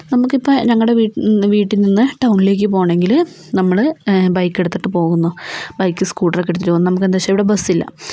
നമുക്ക് ഇപ്പോൾ ഞങ്ങളുടെ വീട്ടി വീട്ടിൽ നിന്ന് ടൗണിലേക്ക് പോകണമെങ്കില് നമ്മള് ബൈക്കെടുത്തിട്ട് പോകുന്നു ബൈക്ക് സ്കൂട്ടറെക്കെടുത്തിട്ട് പോകുന്നു നമുക്കെന്താന്നുവച്ചാൽ ഇവിടെ ബസില്ല